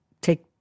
take